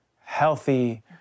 healthy